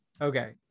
Okay